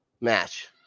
match